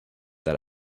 that